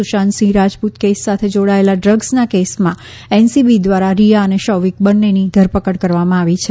Sushant Singh Rajput case સાથે જોડાયેલા ડ્રગ્સના કેસમાં એનસીબી દ્વારા રિયા અને શૌવિક બંનેની ધરપકડ કરવામાં આવી છે